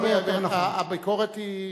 לא לא, הביקורת היא